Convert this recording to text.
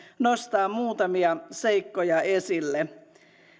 nostaa muutamia seikkoja esille